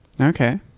okay